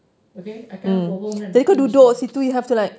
okay I cannot go home kan